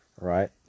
right